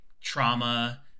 Trauma